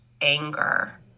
anger